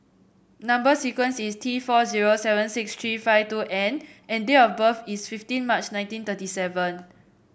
number sequence is T four zero seven six three five two N and date of birth is fifteen March nineteen thirty seven